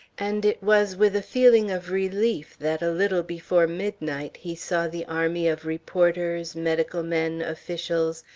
and it was with a feeling of relief that a little before midnight he saw the army of reporters, medical men, officials,